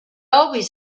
always